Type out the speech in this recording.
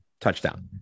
touchdown